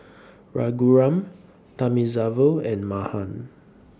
Raghuram Thamizhavel and Mahan